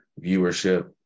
viewership